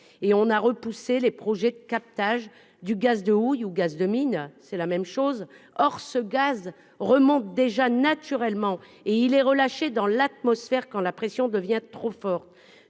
convenablement. Les projets de captage du gaz de houille, ou gaz de mine, ont été repoussés. Or ce gaz remonte déjà naturellement, et il est relâché dans l'atmosphère quand la pression devient trop forte.